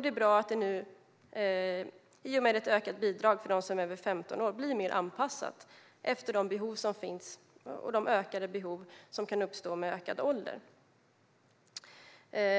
Det är bra att det nu i och med ett ökat bidrag till dem som är över 15 år blir mer anpassat efter de behov som finns och de ökade behov som kan uppstå med ökad ålder.